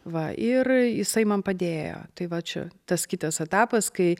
va ir jisai man padėjo tai va čia tas kitas etapas kai